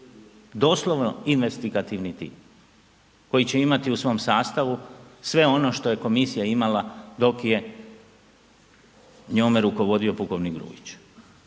doslovno investigativni tim koji će imati u svom sastavu sve ono što je komisija imala dok je njome rukovodio pukovnik Grujić